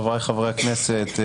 חבריי חברי הכנסת,